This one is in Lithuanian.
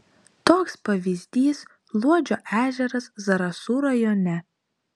toks pavyzdys luodžio ežeras zarasų rajone